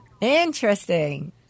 interesting